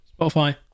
spotify